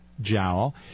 jowl